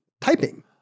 typing